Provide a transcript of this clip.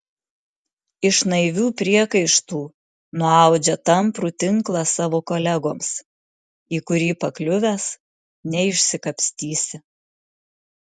iš naivių priekaištų nuaudžia tamprų tinklą savo kolegoms į kurį pakliuvęs neišsikapstysi